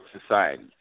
society